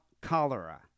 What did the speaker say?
cholera